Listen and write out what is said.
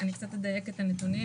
אני קצת אדייק את הנתונים,